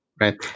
Right